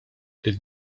lil